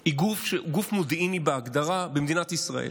היא גוף מודיעיני בהגדרה במדינת ישראל,